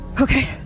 Okay